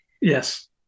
Yes